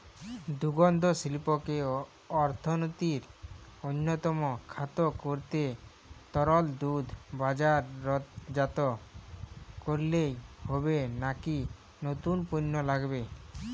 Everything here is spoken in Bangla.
দুগ্ধশিল্পকে অর্থনীতির অন্যতম খাত করতে তরল দুধ বাজারজাত করলেই হবে নাকি নতুন পণ্য লাগবে?